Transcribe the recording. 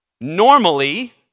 Normally